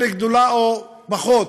יותר גדולה, או פחות,